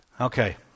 Okay